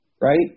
right